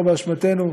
לא באשמתנו,